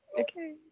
Okay